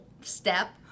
step